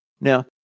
Now